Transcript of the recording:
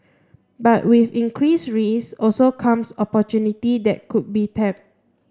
but with increased risks also come opportunity that should be tapped